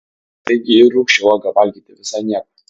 taigi ir rūgščią uogą valgyti visai nieko